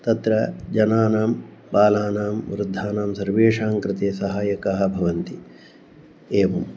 तत्र जनानां बालानां वृद्धानां सर्वेषां कृते सहायकाः भवन्ति एवम्